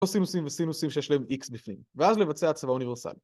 קוסינוסים וסינוסים שיש להם X בפנים, ואז לבצע הצבה אוניברסלית